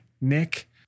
Nick